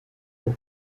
the